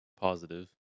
Positive